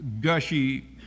gushy